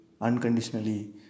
unconditionally